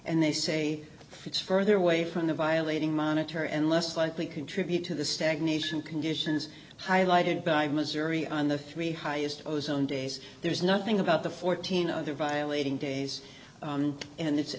and they say it's further away from the violating monitor and less likely contribute to the stagnation conditions highlighted by missouri on the three highest ozone days there is nothing about the fourteen other violating days and it's